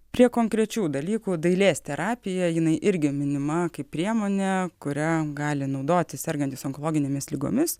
prie konkrečių dalykų dailės terapija jinai irgi minima kaip priemonė kuria gali naudotis sergantys onkologinėmis ligomis